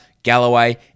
Galloway